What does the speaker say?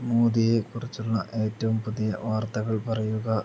മോദിയെ കുറിച്ചുള്ള ഏറ്റവും പുതിയ വാർത്തകൾ പറയുക